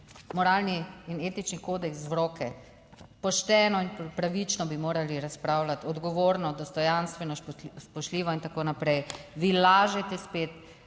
moralni in etični kodeks v roke, pošteno in pravično bi morali razpravljati, odgovorno, dostojanstveno, spoštljivo in tako naprej. Vi lažete spet...